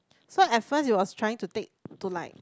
so at first it was trying to take to like